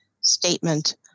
statement